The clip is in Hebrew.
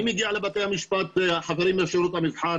אני מגיע לבתי המשפט, החברים לשירות המבחן